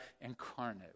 incarnate